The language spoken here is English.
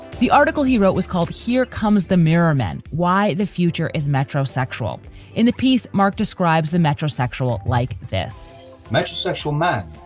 the article he wrote was called here comes the mirror men why the future is metrosexual in the piece, mark describes the metrosexual like this metrosexual man,